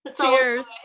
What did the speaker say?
Cheers